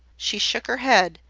she shook her head,